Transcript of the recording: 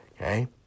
Okay